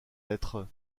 lettres